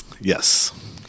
Yes